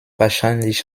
wahrscheinlich